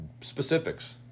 specifics